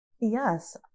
Yes